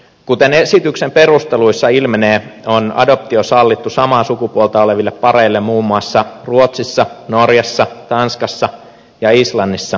kuten esityksen perusteluissa ilmenee on adoptio sallittu samaa sukupuolta oleville pareille muun muassa ruotsissa norjassa tanskassa ja islannissa